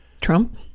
Trump